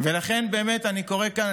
ולכן אני באמת קורא כאן,